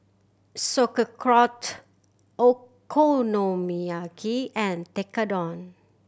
Sauerkraut Okonomiyaki and Tekkadon